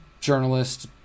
journalist